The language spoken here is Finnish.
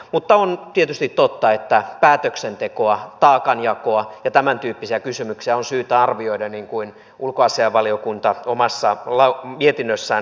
mutta on tietysti totta että päätöksentekoa taakanjakoa ja tämäntyyppisiä kysymyksiä on syytä arvioida niin kuin ulkoasiainvaliokunta omassa mietinnössään esille nosti